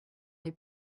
les